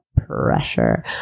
pressure